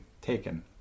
taken